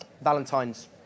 Valentine's